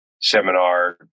seminar